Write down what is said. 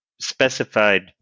specified